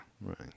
right